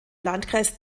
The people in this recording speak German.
landkreis